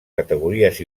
categories